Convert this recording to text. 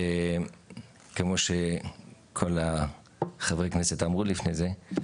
כמו שכל חברי הכנסת אמרו לפני זה,